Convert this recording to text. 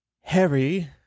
Harry